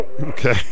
Okay